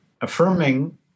affirming